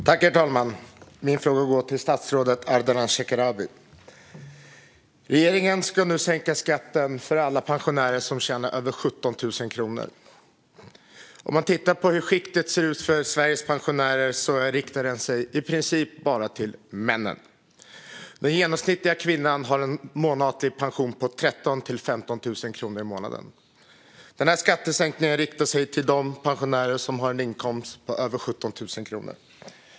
Herr talman! Min fråga går till statsrådet Ardalan Shekarabi. Regeringen ska nu sänka skatten för alla pensionärer som tjänar över 17 000 kronor. Man kan titta på hur skiktet ser ut för Sveriges pensionärer. Denna skattesänkning riktar sig i princip bara till männen. Den genomsnittliga kvinnan har en månatlig pension på 13 000-15 000 kronor i månaden. Denna skattesänkning riktar sig till de pensionärer som har en inkomst på över 17 000 kronor.